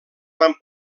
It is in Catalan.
van